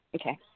Okay